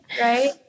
right